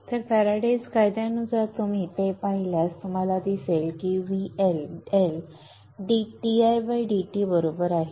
तर फॅराडेज कायद्यानुसार तुम्ही ते पाहिल्यास तुम्हाला दिसेल की VL L बरोबर आहे